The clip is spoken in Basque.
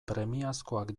premiazkoak